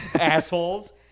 Assholes